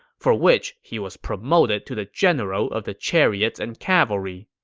for which he was promoted to the general of the chariots and cavalry.